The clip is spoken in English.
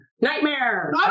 Nightmare